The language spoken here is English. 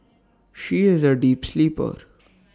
she is A deep sleeper